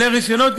בעלי רישיונות,